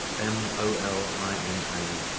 m o l i n a.